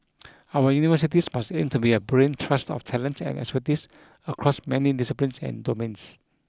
our universities must aim to be a brain trust of talent and expertise across many disciplines and domains